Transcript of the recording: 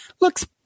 looks